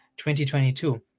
2022